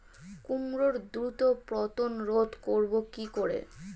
কুমড়োর দ্রুত পতন রোধ করব কি করে?